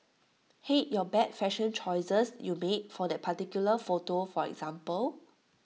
hate your bad fashion choices you made for that particular photo for example